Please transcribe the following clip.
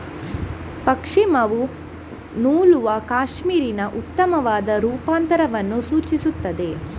ಪಶ್ಮಿನಾವು ನೂಲುವ ಕ್ಯಾಶ್ಮೀರಿನ ಉತ್ತಮವಾದ ರೂಪಾಂತರವನ್ನು ಸೂಚಿಸುತ್ತದೆ